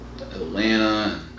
Atlanta